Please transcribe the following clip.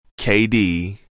KD